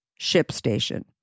ShipStation